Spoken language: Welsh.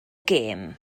gêm